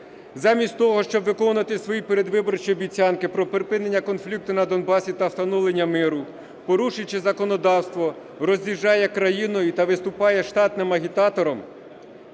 замість того, щоб виконувати свої передвиборчі обіцянки про припинення конфлікту на Донбасі та встановлення миру, порушуючи законодавство, роз'їжджає країною та виступає штатним агітатором